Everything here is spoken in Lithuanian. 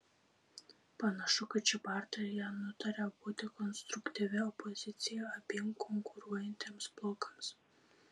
panašu kad ši partija nutarė būti konstruktyvia opozicija abiem konkuruojantiems blokams